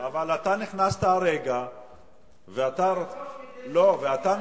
--- אבל אתה נכנסת הרגע --- אבל תוך כדי --- ביקשתי לצאת,